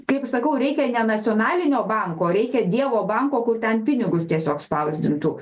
kaip ir sakau reikia ne nacionalinio banko reikia dievo banko kur ten pinigus tiesiog spausdintų